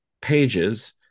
pages